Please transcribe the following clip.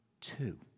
two